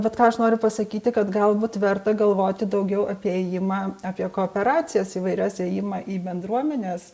bet ką aš noriu pasakyti kad galbūt verta galvoti daugiau apie ėjimą apie kooperacijas įvairias ėjimą į bendruomenes